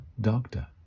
doctor